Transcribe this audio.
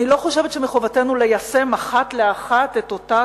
אני לא חושבת שמחובתנו ליישם אחת לאחת את אותה